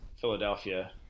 Philadelphia